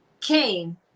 Cain